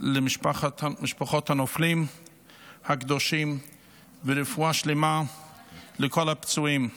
למשפחות הנופלים הקדושים ורפואה שלמה לכל הפצועים.